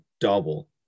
double